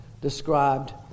described